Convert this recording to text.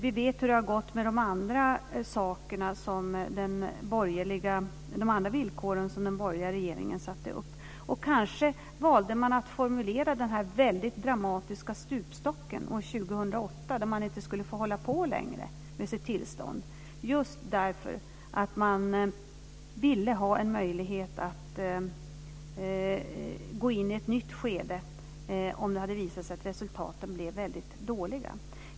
Vi vet hur det har gått med de andra villkoren som den borgerliga regeringen satte upp. Kanske valde man att formulera den väldigt dramatiska stupstocken år 2008, då man inte skulle få hålla på längre med sitt tillstånd, just därför att man ville ha en möjlighet att gå in i ett nytt skede om det hade visat sig att resultaten blev dåliga.